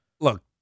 Look